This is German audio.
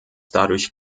dadurch